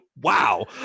Wow